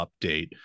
update